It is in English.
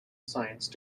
science